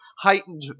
heightened